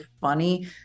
funny